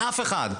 מאף אחד.